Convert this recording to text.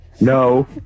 No